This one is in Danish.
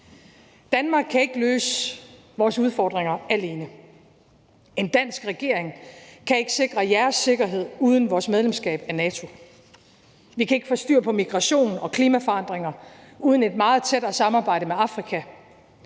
Danmark kan ikke løse vores udfordringer alene. En dansk regering kan ikke sikre jeres sikkerhed uden vores medlemskab af NATO. Vi kan ikke få styr på migration og klimaforandringer uden et meget tættere samarbejde med Afrika,